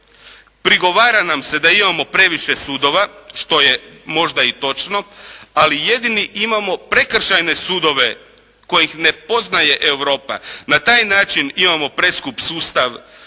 prigovara nam se da imamo previše sudova što je možda i točno, ali jedini imamo prekršajne sudove kojih ne poznaje Europa. Na taj način imamo preskup sustav